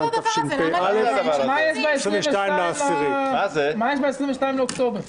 תשפ"א 22.10. מה יש ב-22 באוקטובר?